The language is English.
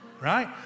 right